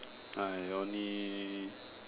I only